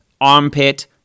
Armpit